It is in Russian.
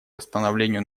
восстановлению